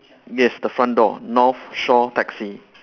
yes the front door north shore taxi